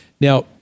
Now